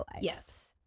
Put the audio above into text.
Yes